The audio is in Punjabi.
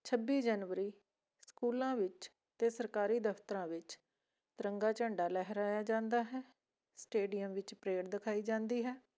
ਛੱਬੀ ਜਨਵਰੀ ਸਕੂਲਾਂ ਵਿੱਚ ਅਤੇ ਸਰਕਾਰੀ ਦਫਤਰਾਂ ਵਿੱਚ ਤਿਰੰਗਾ ਝੰਡਾ ਲਹਿਰਾਇਆ ਜਾਂਦਾ ਹੈ ਸਟੇਡੀਅਮ ਵਿੱਚ ਪਰੇਡ ਦਿਖਾਈ ਜਾਂਦੀ ਹੈ